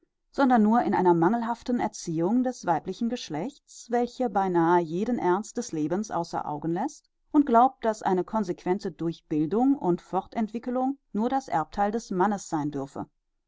sondern nur in einer mangelhaften erziehung des weiblichen geschlechts welche beinahe jeden ernst des lebens außer augen läßt und glaubt daß eine consequente durchbildung und fortentwickelung nur das erbtheil des mannes sein dürfe